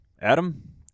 Adam